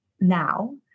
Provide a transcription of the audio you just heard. now